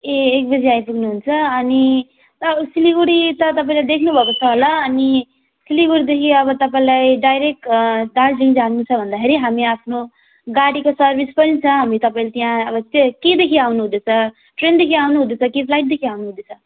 ए एक बजी आइपुग्नुहुन्छ अनि त सिलगढी त तपाईँले देख्नु भएको छ होला अनि सिलगढीदेखि अब तपाईँलाई डाइरेक्ट दार्जिलिङ जानु छ भन्दाखेरि हामी आफ्नो गाडीको सर्विस पनि छ हामी तपाईँलाई त्यहाँ अब चाहिँ केदेखि आउनु हुँदैछ ट्रेनदेखि आउनु हुँदैछ कि फ्लाइटदेखि आउनु हुँदैछ